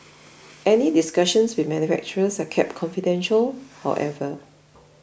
any discussions with manufacturers are kept confidential however